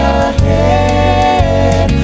ahead